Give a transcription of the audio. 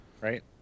Right